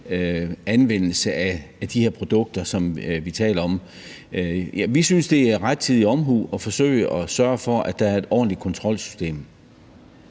anvendelse af de her produkter, som vi taler om. Ja, vi synes det er rettidig omhu at forsøge at sørge for, at der er et ordentligt kontrolsystem.